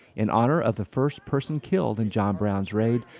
in honor of the first person killed in john brown's raid,